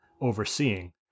overseeing